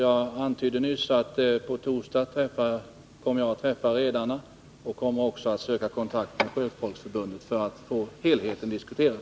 Jag antydde nyss att jag på torsdag kommer att träffa redarna och att jag också kommer att söka kontakt med Sjöfolksförbundet för att få helheten diskuterad.